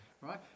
right